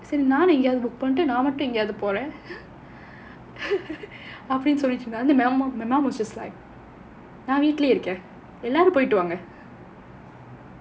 சரி நானும் எங்காவது:sari naanum engaavathu book பண்ணிட்டு நான் மட்டும் எங்கயாது:pannittu naan mattum engayaathu book போறேன் அப்டினு சொல்லிட்டு இருந்தாரு:poraen apdinu sollittu irunthaaru my mom was just like நான் வீட்டுலயே இருக்கேன் எல்லாரும் போயிட்டு வாங்க:naan veetulayae irukkaen ellaarum poyittu vaanga